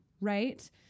right